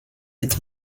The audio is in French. sept